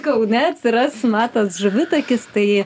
kaune atsiras matot žuvitakis tai